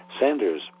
Sanders